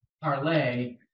parlay